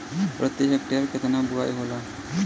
प्रति हेक्टेयर केतना बुआई होला?